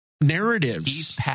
narratives